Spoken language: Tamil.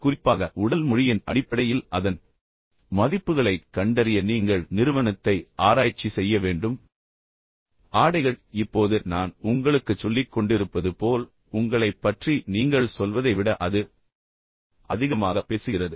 குறிப்பாக உடல் மொழியின் அடிப்படையில் அதன் மதிப்புகளைக் கண்டறிய நீங்கள் நிறுவனத்தை ஆராய்ச்சி செய்ய வேண்டும் எடுத்துக்காட்டாக ஆடைகள் இப்போது நான் உங்களுக்குச் சொல்லிக் கொண்டிருப்பது போல் உங்களைப் பற்றி நீங்கள் சொல்வதை விட அது அதிகமாக பேசுகிறது